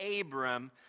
Abram